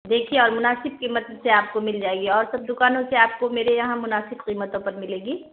دیکھیے اور مناسب قیمت سے آپ کو مل جائے گی اور سب دکانوں سے آپ کو میرے یہاں مناسب قیمتوں پر ملے گی